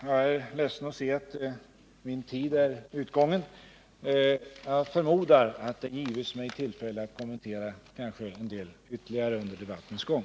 Jag är ledsen att se att min tid nu är utgången — jag förmodar emellertid att det gives mig tillfälle att kommentera sysselsättningen i Värmland ytterligare under debattens gång.